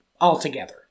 altogether